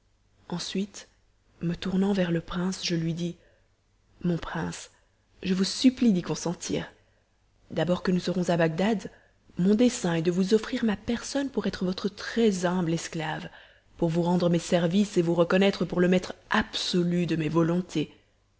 ensuite me tournant vers le prince je lui dis mon prince je vous supplie d'y consentir d'abord que nous serons à bagdad mon dessein est de vous offrir ma personne pour être votre très-humble esclave pour vous rendre mes services et vous reconnaître pour le maître absolu de mes volontés